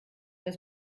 das